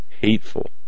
hateful